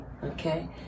Okay